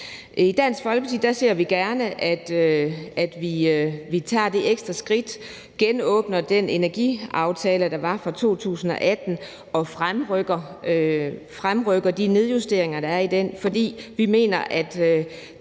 I Dansk Folkeparti ser vi gerne, at vi tager det ekstra skridt, genåbner den energiaftale, der var fra 2018, og fremrykker de nedjusteringer, der er i den, fordi vi mener, at